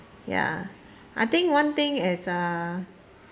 ya I think one thing is uh